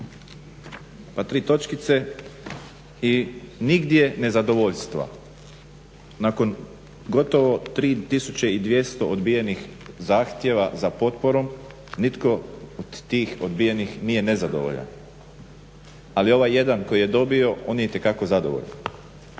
pa tri točkice i nigdje nezadovoljstva. Nakon gotovo 3200 odbijenih zahtjeva za potporom nitko od tih odbijenih nije nezadovoljan. Ali ovaj jedan koji je dobio on je itekako zadovoljan.